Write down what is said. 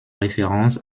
référence